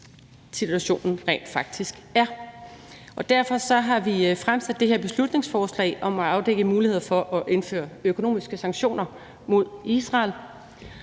situationen rent faktisk er. Derfor har vi fremsat det her beslutningsforslag om at afdække mulighederne for at indføre økonomiske sanktioner mod Israel.